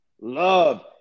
love